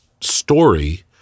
story